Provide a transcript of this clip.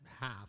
half